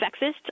sexist